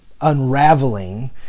Unraveling